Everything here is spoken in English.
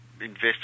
invest